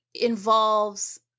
involves